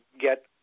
get